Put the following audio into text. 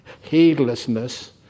heedlessness